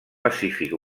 pacífic